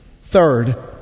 Third